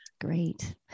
Great